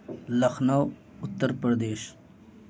Lucknow Uttar Pradesh